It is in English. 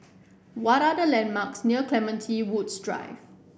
what are the landmarks near Clementi Woods Drive